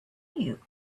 you